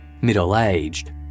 middle-aged